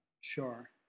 Sure